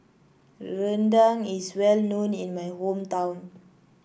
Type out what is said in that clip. Rendang is well known in my hometown